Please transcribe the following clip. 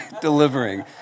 delivering